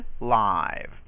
live